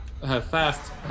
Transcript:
fast